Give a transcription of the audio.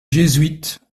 jésuites